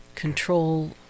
Control